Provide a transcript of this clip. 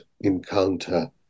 encounter